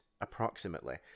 approximately